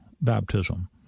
Baptism